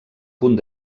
punt